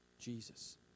Jesus